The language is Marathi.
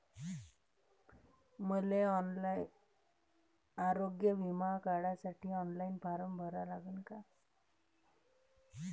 मले आरोग्य बिमा काढासाठी ऑनलाईन फारम भरा लागन का?